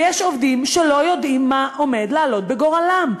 ויש עובדים שלא יודעים מה עומד לעלות בגורלם.